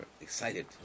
excited